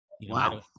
wow